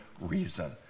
reason